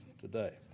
today